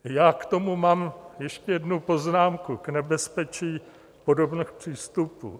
Já k tomu mám ještě jednu poznámku, k nebezpečí podobných přístupů.